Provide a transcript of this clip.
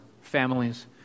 families